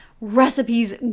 recipes